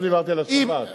לא דיברתי על השבת.